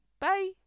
Bye